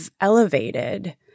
elevated